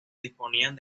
disponían